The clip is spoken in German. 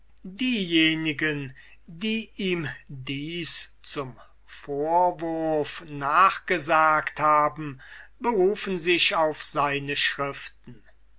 diejenigen die ihm dies zum vorwurf nachgesagt haben berufen sich auf seine schriften